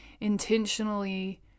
intentionally